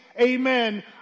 amen